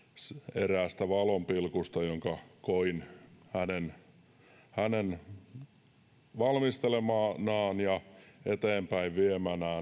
eräästä valonpilkusta jonka koin hänen hänen valmistelemanaan ja eteenpäin viemänään